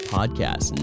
Podcast